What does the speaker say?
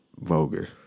vulgar